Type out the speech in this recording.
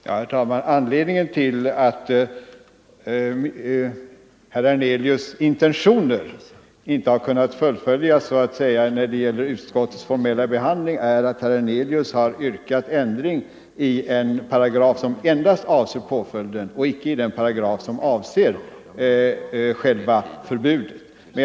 Herr talman! Anledningen till att herr Hernelius” intentioner inte har kunnat fullföljas när det gäller utskottets formella behandling är att herr Hernelius har yrkat ändring av en paragraf som endast avser påföljden och inte av den paragraf som avser själva förbudet.